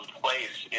place